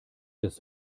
des